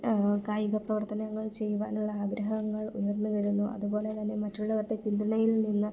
കായിക പ്രവർത്തനങ്ങൾ ചെയ്യുവാനുള്ള ആഗ്രഹങ്ങൾ ഉയർന്നുവരുന്നു അതുപോലെത്തന്നെ മറ്റുള്ളവരുടെ പിന്തുണയിൽ നിന്ന്